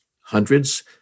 hundreds